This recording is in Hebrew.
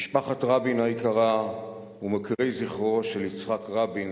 משפחת רבין היקרה ומוקירי זכרו של יצחק רבין,